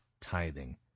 tithing